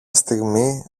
στιγμή